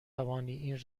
این